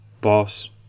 boss